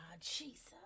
Jesus